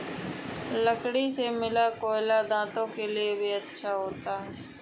लकड़ी से मिला कोयला दांतों के लिए भी अच्छा होता है